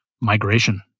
migration